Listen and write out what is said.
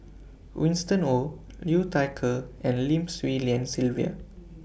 Winston Oh Liu Thai Ker and Lim Swee Lian Sylvia